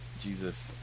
Jesus